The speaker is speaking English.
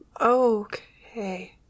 Okay